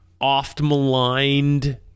oft-maligned